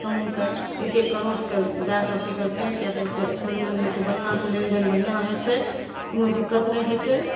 समूहके एक एक करोड़के दैके अथी करतै किएक तऽ स समूहमे जे छै से बढ़िआँसे लेनदेन बढ़िआँ होइ छै कोनो दिक्कत नहि होइ छै